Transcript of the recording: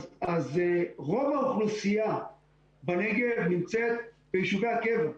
אז רוב האוכלוסייה בנגב נמצאת ביישובי הקבע,